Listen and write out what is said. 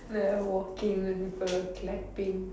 while walking per clapping